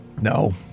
No